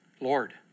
Lord